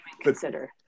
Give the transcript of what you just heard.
consider